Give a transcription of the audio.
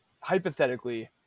Hypothetically